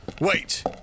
wait